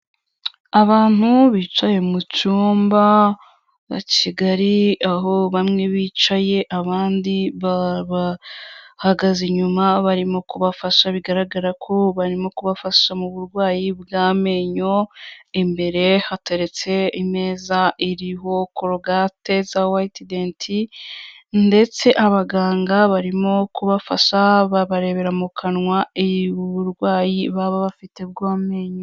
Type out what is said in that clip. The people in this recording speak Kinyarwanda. Abantu bicaye mu cyumba ba Kigali aho bamwe bicaye abandi babahagaze inyuma barimo kubafasha bigaragara ko barimo kubafasha mu burwayi bw'amenyo, imbere hateretse imeza iriho korogate za whitedent ndetse abaganga barimo kubafasha babarebera mu kanwa uburwayi baba bafite bw'amenyo.